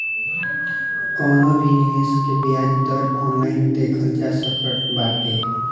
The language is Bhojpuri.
कवनो भी निवेश के बियाज दर ऑनलाइन देखल जा सकत बाटे